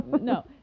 No